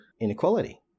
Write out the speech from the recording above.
inequality